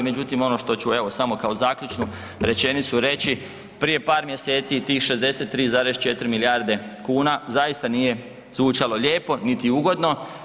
Međutim, ono što ću evo samo kao zaključnu rečenicu reći, prije par mjeseci tih 63,4 milijarde kuna zaista nije zvučalo lijepo, niti ugodno.